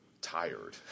tired